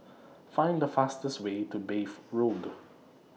Find The fastest Way to Bath Road